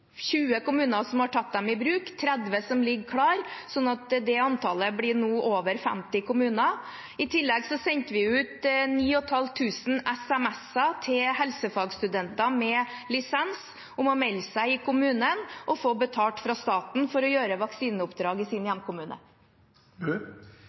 20 kommuner som har tatt den i bruk, og 30 som ligger klare, sånn at antallet nå blir over 50 kommuner. I tillegg sendte vi ut 9 500 sms-er til helsefagstudenter med lisens om å melde seg i kommunen og få betalt fra staten for å gjøre vaksineoppdrag i sin